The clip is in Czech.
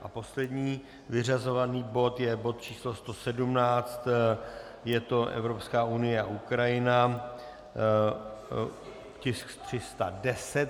Poslední vyřazovaný bod je bod číslo 117, je to Evropská unie a Ukrajina, tisk 310.